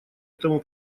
этому